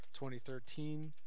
2013